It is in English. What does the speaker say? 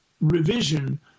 revision